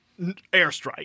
airstrike